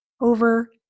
over